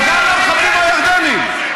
אבל גם למחבלים הירדנים?